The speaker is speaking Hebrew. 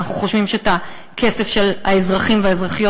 אנחנו חושבים שאת הכסף של האזרחים והאזרחיות,